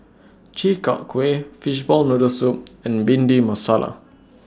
Chi Kak Kuih Fishball Noodle Soup and Bhindi Masala